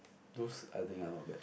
those I think are not bad